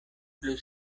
plu